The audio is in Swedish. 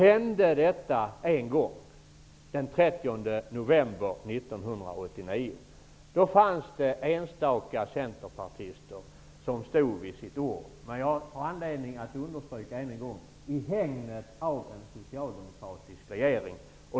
Sedan fattades beslutet den 30 november 1989. Enstaka centerpartister stod då vid sitt ord -- jag har anledning att understryka det än en gång -- i hägnet av en socialdemokratisk regering.